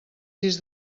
sis